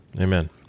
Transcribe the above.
Amen